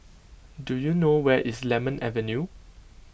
do you know where is Lemon Avenue